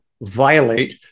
violate